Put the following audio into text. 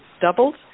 doubled